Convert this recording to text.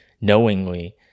knowingly